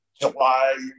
july